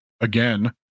again